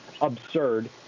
absurd